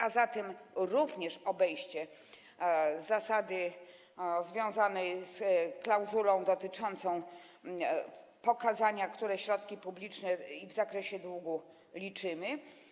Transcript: A zatem chodzi tu o obejście zasady związanej z klauzulą dotyczącą pokazania, które środki publiczne i w zakresie długu liczymy.